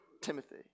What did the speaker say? Timothy